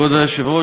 כבוד היושבת-ראש,